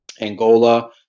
Angola